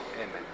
Amen